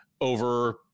over